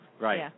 Right